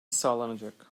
sağlanacak